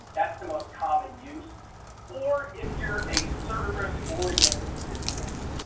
that's the most common use or if you're a service oriented business